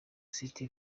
city